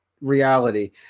Reality